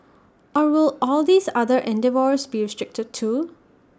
or will all these other endeavours be restricted too